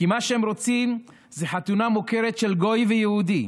כי מה שהם רוצים זה חתונה מוכרת של גוי ויהודי,